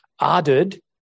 added